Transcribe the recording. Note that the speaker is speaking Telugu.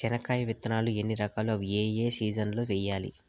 చెనక్కాయ విత్తనాలు ఎన్ని రకాలు? అవి ఏ ఏ సీజన్లలో వేయాలి?